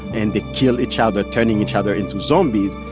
and they kill each other, turning each other into zombies.